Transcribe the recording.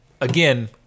again